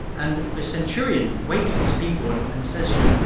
and the centurion wakes these people and and says, you know,